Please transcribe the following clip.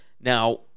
Now